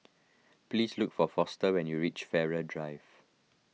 please look for Foster when you reach Farrer Drive